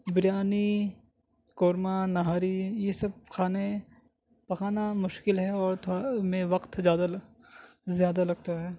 بریانی قورمہ نہاری یہ سب کھانے پکانا مشکل ہے اور تھوڑا ان میں وقت زیادہ لگ زیادہ لگتا ہے